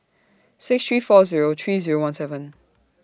six three four Zero three Zero one seven